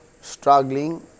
struggling